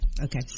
okay